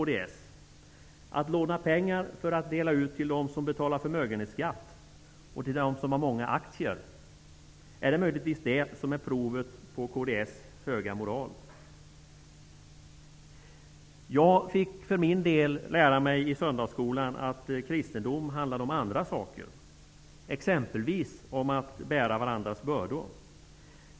Är det möjligtvis prov på kds höga moral att låna pengar för att dela ut till dem som betalar förmögenhetsskatt och till dem som har mycket aktier? Jag för min del fick lära mig i söndagsskolan att kristendom handlade om andra saker, exempelvis om att bära varandras bördor.